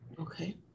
Okay